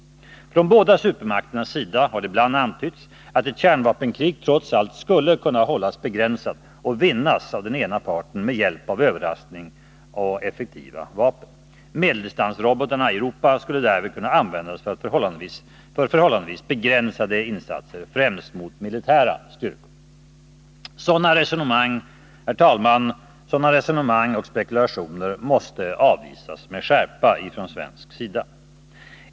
Från båda supermakternas sida har det ibland antytts att ett kärnvapenkrig trots allt skulle kunna hållas begränsat och vinnas av den ena parten med hjälp av överraskning och effektiva vapen. Medeldistansrobotarna i Europa skulle därvid kunna användas för förhållandevis begränsade insatser, främst mot militära styrkor. Herr talman! Sådana resonemang och spekulationer måste avvisas med skärpa från svensk sida.